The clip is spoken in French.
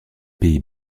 pays